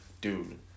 dude